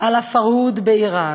על ה"פרהוד" בעיראק,